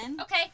Okay